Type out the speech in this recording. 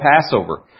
Passover